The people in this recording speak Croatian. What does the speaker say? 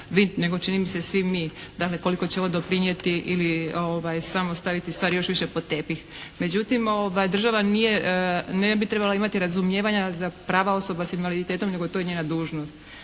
nego čini mi se svi mi dakle koliko će ovo doprinijeti ili samo staviti stvari još više pod tepih. Međutim, država ne bi trebala imati razumijevanja za prava osoba s invaliditetom nego je to njena dužnost.